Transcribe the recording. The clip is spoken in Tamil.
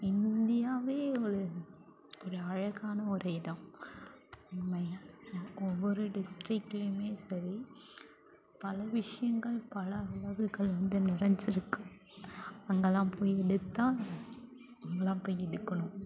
இந்தியாவே ஒரு ஒரு அழகான ஒரு இடம் உண்மையாக யா ஒவ்வொரு டிஸ்ட்ரிக்ட்லேயுமே சரி பல விஷயங்கள் பல வகைகளில் வந்து நிறைஞ்சிருக்கு அங்கெல்லாம் போய் எடுத்தால் அங்கெல்லாம் போய் எடுக்கணும்